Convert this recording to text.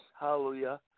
hallelujah